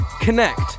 connect